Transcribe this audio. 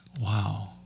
Wow